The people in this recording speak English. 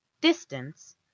distance